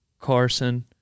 Carson